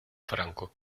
franco